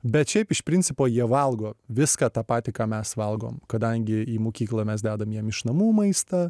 bet šiaip iš principo jie valgo viską tą patį ką mes valgom kadangi į mokyklą mes dedam jiem iš namų maistą